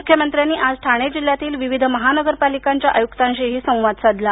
मुख्यमंत्र्यांनी आज ठाणे जिल्ह्यातील विविध महानगरपालीकांच्या आयुक्तांशीही संवाद साधला